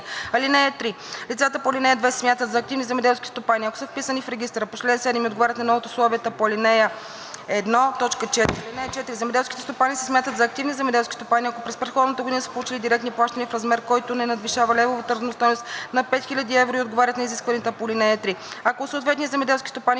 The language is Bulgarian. (3) Лицата по ал. 2 се смятат за активни земеделски стопани, ако са вписани в регистъра по чл. 7 и отговарят на едно от условията по ал. 1, т. 4. (4) Земеделските стопани се смятат за активни земеделски стопани, ако през предходната година са получили директни плащания в размер, който не надвишава левовата равностойност на 5000 евро, и отговарят на изискванията по ал. 3. Ако съответният земеделски стопанин